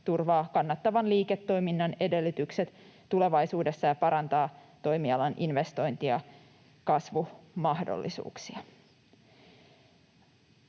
turvaa kannattavan liiketoiminnan edellytykset tulevaisuudessa ja parantaa toimialan investointi- ja kasvumahdollisuuksia.”